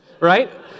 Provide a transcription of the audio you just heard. right